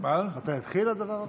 מתי התחיל הדבר הזה?